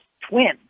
twin